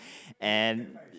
and